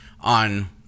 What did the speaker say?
on